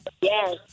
Yes